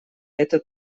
это